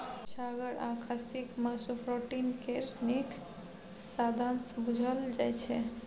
छागर आ खस्सीक मासु प्रोटीन केर नीक साधंश बुझल जाइ छै